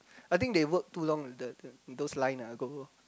I think they work too long with the in those line go go